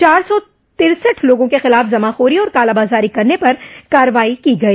चार सौ तिरसठ लोगों के खिलाफ जमाखोरी और कालाबाजारी करने पर कार्रवाई की गई